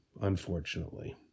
unfortunately